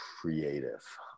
creative